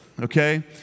okay